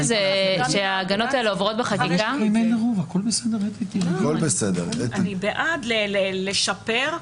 הסיבה שההגנות האלה עוברות בחקיקה --- אני בעד לשפר,